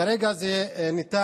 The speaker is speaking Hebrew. כרגע זה ניתן,